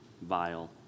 vile